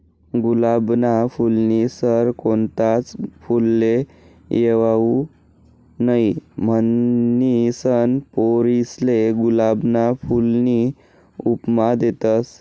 गुलाबना फूलनी सर कोणताच फुलले येवाऊ नहीं, म्हनीसन पोरीसले गुलाबना फूलनी उपमा देतस